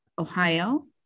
Ohio